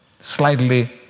slightly